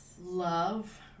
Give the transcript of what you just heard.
love